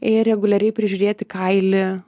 ir reguliariai prižiūrėti kailį